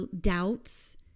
doubts